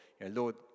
Lord